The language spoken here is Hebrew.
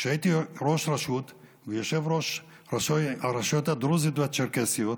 כשהייתי ראש רשות ויושב-ראש הרשויות הדרוזיות והצ'רקסיות,